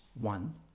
one